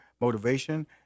motivation